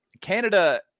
Canada